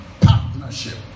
partnership